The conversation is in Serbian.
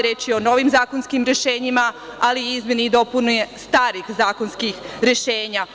Reč je o novim zakonskim rešenjima, ali i izmeni i dopuni starih zakonskih rešenja.